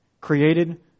Created